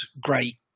great